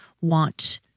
want